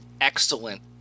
excellent